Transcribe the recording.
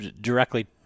directly